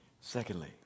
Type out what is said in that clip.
Secondly